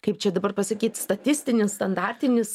kaip čia dabar pasakyt statistinis standartinis